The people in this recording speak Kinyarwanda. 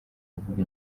kuvuga